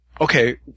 okay